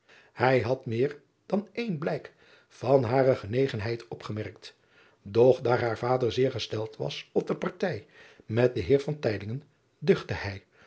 ij had meer dan één blijk van hare genegenheid opgemerkt doch daar haar vader zeer gesteld was op de partij met den eer duchtte hij